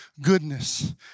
goodness